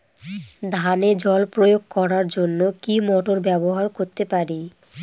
ধানে জল প্রয়োগ করার জন্য কি মোটর ব্যবহার করতে পারি?